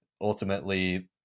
ultimately